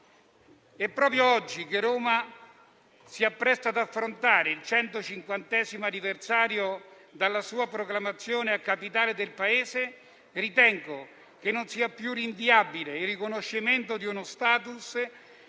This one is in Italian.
Proprio oggi che Roma si appresta ad affrontare il 150° anniversario dalla sua proclamazione a capitale del Paese, ritengo che non sia più rinviabile il riconoscimento di uno *status*